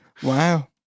Wow